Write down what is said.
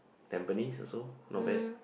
Tampines also not bad